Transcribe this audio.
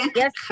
yes